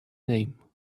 name